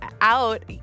out